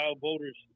voters